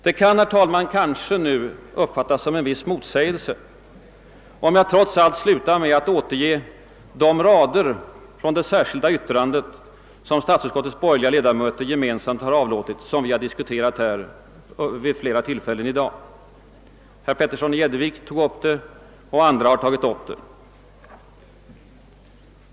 Det kan kanske uppfattas som en motsägelse, om jag trots allt slutar med att återge några rader från det särskilda yttrande som statsutskottets borgerliga iedamöter gemensamt avlåtit och som vi diskuterat vid flera tillfällen i dag — herr Petersson och andra talare har tagit upp det.